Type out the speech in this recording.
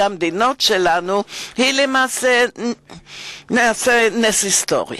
המדינות שלנו היא למעשה נס היסטורי,